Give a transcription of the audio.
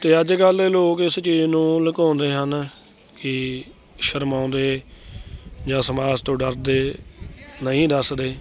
ਅਤੇ ਅੱਜ ਕੱਲ੍ਹ ਲੋਕ ਇਸ ਚੀਜ਼ ਨੂੰ ਲੁਕਾਉਂਦੇ ਹਨ ਕਿ ਸ਼ਰਮਾਉਂਦੇ ਜਾਂ ਸਮਾਜ ਤੋਂ ਡਰਦੇ ਨਹੀਂ ਦੱਸਦੇ